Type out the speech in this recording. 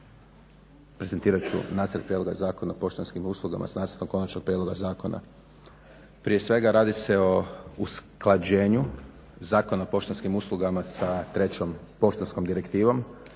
prezentirat ću nacrt prijedloga Zakona o poštanskim uslugama s nacrtom Konačnog prijedloga zakona. Prije svega radi se o usklađenju Zakona o poštanskim uslugama s trećom poštarskom direktivom